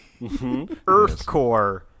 Earthcore